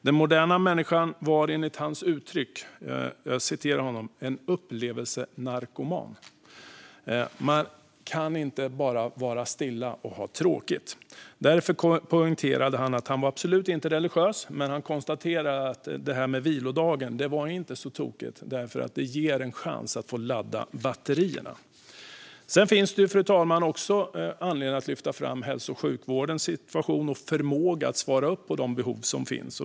Den moderna människan är, enligt hans uttryck, en upplevelsenarkoman som inte bara kan vara stilla och ha tråkigt. Han poängterade att han absolut inte var religiös men menade att det här med vilodagen inte är så tokigt, för det ger en chans att ladda batterierna. Fru talman! Det finns också anledning att lyfta fram hälso och sjukvårdens situation och förmåga att svara upp mot de behov som finns.